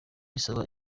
isaba